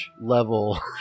level